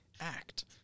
act